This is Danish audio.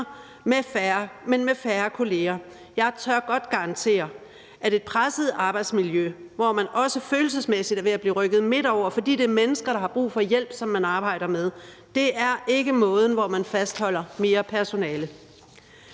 med færre kolleger. Jeg tør godt garantere, at et presset arbejdsmiljø, hvor man også følelsesmæssigt er ved at blive rykket midtover, fordi det er mennesker, der har brug for hjælp, som man arbejder med, ikke er måden at fastholde mere personale